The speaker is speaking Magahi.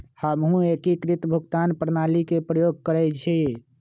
हमहु एकीकृत भुगतान प्रणाली के प्रयोग करइछि